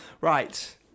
Right